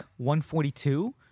142